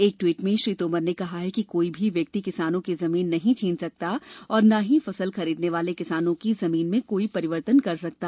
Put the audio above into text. एक ट्वीट में श्री तोमर ने कहा कि कोई भी व्यक्ति किसानों की जमीन नहीं छीन सकता और ना ही फसल खरीदने वाले किसानों की जमीन में कोई परिवर्तन नहीं कर सकता